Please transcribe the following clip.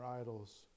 idols